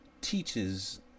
teaches